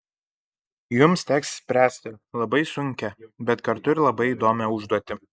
jums teks spręsti labai sunkią bet kartu ir labai įdomią užduotį